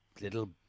little